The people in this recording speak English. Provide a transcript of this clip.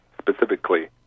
specifically